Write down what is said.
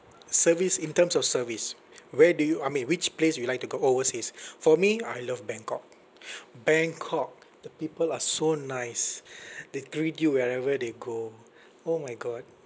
service in terms of service where do you I mean which place you like to go overseas for me I love bangkok bangkok the people are so nice they greet you wherever they go oh my god